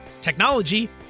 technology